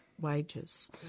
wages